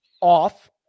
off